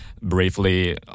briefly